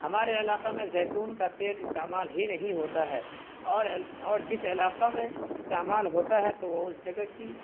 ہمارے علاقہ میں زیتون کا تیل استعمال ہی نہیں ہوتا ہے اور اور جس علاقہ میں استعمال ہوتا ہے تو وہ اس جگہ کی